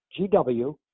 GW